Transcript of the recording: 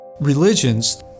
religions